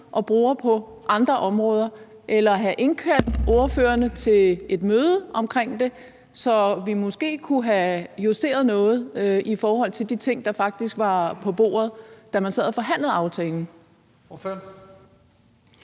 og bruger på andre områder, eller have indkaldt ordførerne til et møde omkring det, så vi måske kunne have justeret noget i forhold til de ting, der faktisk var på bordet, da man sad og forhandlede aftalen?